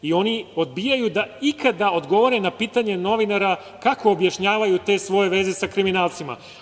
I oni odbijaju da ikada odgovore na pitanje novinara – kako objašnjavaju te svoje veze sa kriminalcima?